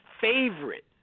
favorite